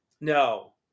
No